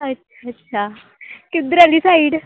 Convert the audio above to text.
अच्छा अच्छा किद्धर आह्ली साइड